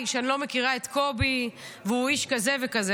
שאני לא מכירה את קובי והוא איש כזה וכזה.